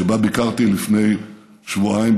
שבה ביקרתי לפני שבועיים,